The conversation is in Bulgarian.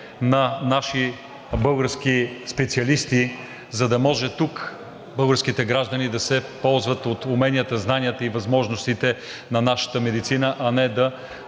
на наши български специалисти, за да може тук българските граждани да се ползват от уменията, знанията и възможностите на нашата медицина, а не да